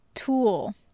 tool